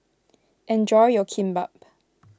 enjoy your Kimbap